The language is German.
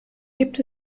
gibt